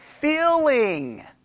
feeling